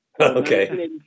okay